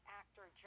actor